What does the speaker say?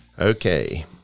Okay